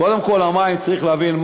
קודם כול, המים, צריך להבין.